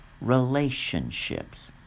relationships